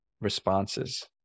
responses